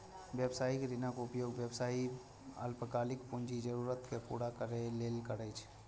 व्यावसायिक ऋणक उपयोग व्यवसायी अल्पकालिक पूंजी जरूरत कें पूरा करै लेल करै छै